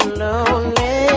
lonely